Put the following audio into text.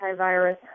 antivirus